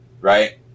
right